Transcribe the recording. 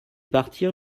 partir